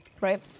Right